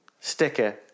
sticker